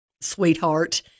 sweetheart